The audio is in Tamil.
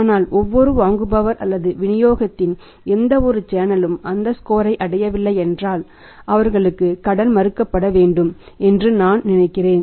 ஆனால் எந்தவொரு வாங்குபவர் அல்லது விநியோகத்தின் எந்தவொரு சேனலும் அந்த ஸ்கோரை அடையவில்லை என்றால் அவர்களுக்கு கடன் மறுக்கப்பட வேண்டும் என்று நான் நினைக்கிறேன்